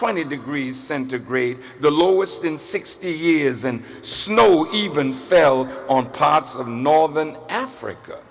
twenty degrees centigrade the lowest in sixty years and snow even fell on parts of northern africa